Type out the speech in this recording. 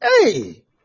Hey